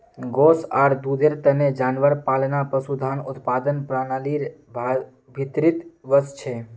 गोस आर दूधेर तने जानवर पालना पशुधन उत्पादन प्रणालीर भीतरीत वस छे